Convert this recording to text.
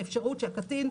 האפשרות שהקטין,